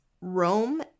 Rome